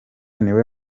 niwe